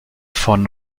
von